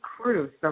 crews